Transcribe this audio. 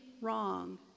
wrong